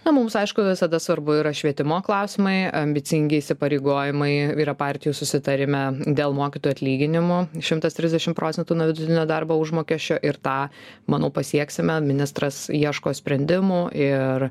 na mums aišku visada svarbu yra švietimo klausimai ambicingi įsipareigojimai yra partijų susitarime dėl mokytojų atlyginimų šimtas trisdešim procentų nuo vidutinio darbo užmokesčio ir tą manau pasieksime ministras ieško sprendimų ir